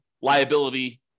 liability